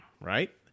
Right